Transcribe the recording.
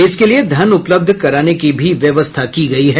इसके लिए धन उपलब्ध कराने की भी व्यवस्था की गई है